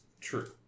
True